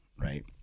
right